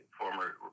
former